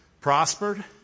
prospered